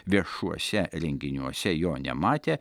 viešuose renginiuose jo nematė